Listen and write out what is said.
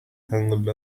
tangled